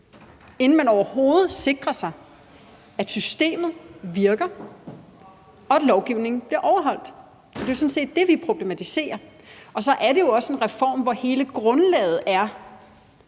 inden man overhovedet sikrer sig, at systemet virker, og at lovgivningen bliver overholdt. Det er sådan set det, vi problematiserer. Så er det jo også en reform, hvor hele grundlaget er,